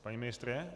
Paní ministryně.